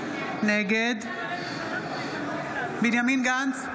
נגד בנימין גנץ,